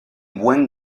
buen